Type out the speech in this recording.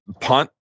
punt